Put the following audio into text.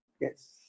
Yes